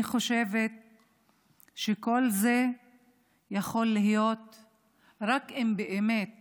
אני חושבת שכל זה יכול להיות רק אם באמת